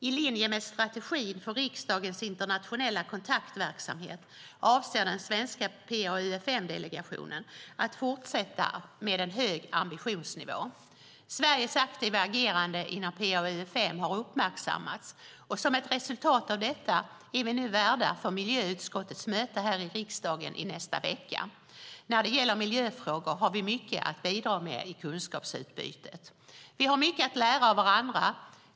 I linje med strategin för riksdagens internationella kontaktverksamhet avser den svenska PA-UfM-delegationen att fortsätta med en hög ambitionsnivå. Sveriges aktiva agerande inom PA-UfM har uppmärksammats. Som ett resultat av detta är vi nu värdar för miljöutskottets möte här i riksdagen i nästa vecka. När det gäller miljöfrågor har vi mycket att bidra med i kunskapsutbytet. Vi har mycket att lära av varandra.